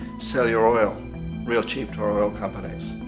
sell your oil real cheap to our oil companies,